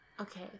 Okay